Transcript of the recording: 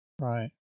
Right